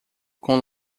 com